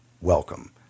welcome